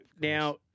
Now